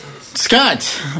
Scott